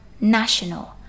national